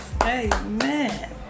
amen